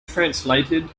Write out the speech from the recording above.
translated